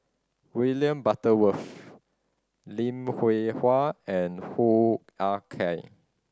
William Butterworth Lim Hwee Hua and Hoo Ah Kay